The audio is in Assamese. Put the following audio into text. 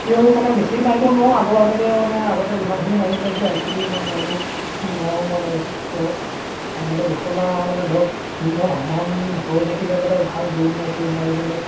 এতিয়াও মানে বেছি মাৰিব নোৱাৰোঁ আগৰ সেনেকৈ মানে আগতে যিমানখিনি মাৰিব পাৰিছিলোেঁ আজিকালি ইমান মাৰিব নোৱাৰোঁ মানে যথেষ্ট এনেকৈ ঘটনা মানে ধৰক ফিল্ডখন সমান হৈ থাকিলে মানে ভাল দৌৰ মৌ চৌৰ মাৰিবলৈ